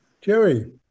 Jerry